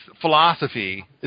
philosophy